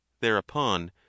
thereupon